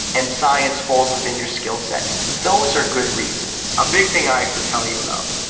and science falls within your skillset. those are good reasons. a big thing i have to tell you about.